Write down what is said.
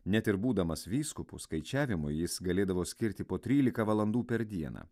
net ir būdamas vyskupu skaičiavimui jis galėdavo skirti po trylika valandų per dieną